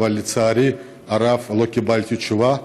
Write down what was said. אבל לצערי הרב לא קיבלתי תשובה.